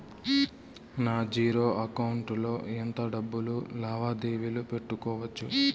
నా zero account లో ఎంత డబ్బులు లావాదేవీలు పెట్టుకోవచ్చు?